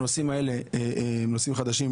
הנושאים האלה הם נושאים חדשים,